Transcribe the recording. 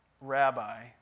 Rabbi